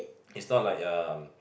it's not like um